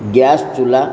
gas ଚୁଲା